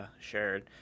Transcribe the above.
shared